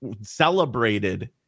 celebrated